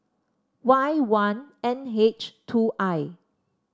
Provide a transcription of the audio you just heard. Y one N H two I